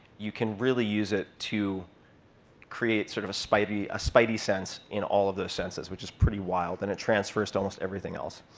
you can really use it to create sort of a spidey spidey sense in all of those senses, which is pretty wild. and it transfers to almost everything else.